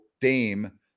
Dame